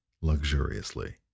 luxuriously